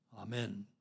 Amen